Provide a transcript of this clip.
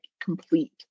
complete